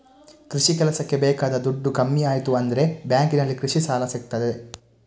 ಕೃಷಿ ಕೆಲಸಕ್ಕೆ ಬೇಕಾದ ದುಡ್ಡು ಕಮ್ಮಿ ಆಯ್ತು ಅಂದ್ರೆ ಬ್ಯಾಂಕಿನಲ್ಲಿ ಕೃಷಿ ಸಾಲ ಸಿಗ್ತದೆ